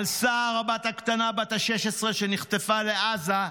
על סהר, הבת הקטנה בת ה-16, שנחטפה לעזה,